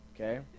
Okay